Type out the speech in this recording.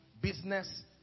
business